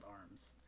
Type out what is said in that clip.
Arms